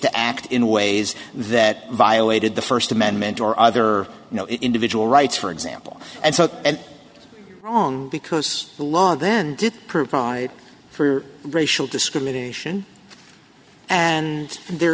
to act in ways that violated the first amendment or other you know individual rights for example and so and wrong because the law then did provide for racial discrimination and